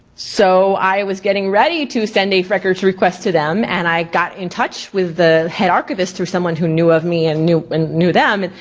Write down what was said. so i was getting ready to send a records request to them and i got in touch with the head archivist or someone who knew of me and knew knew them.